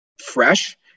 fresh